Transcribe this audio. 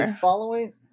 following